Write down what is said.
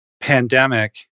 pandemic